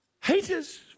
haters